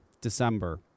December